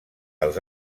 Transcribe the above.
als